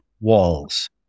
walls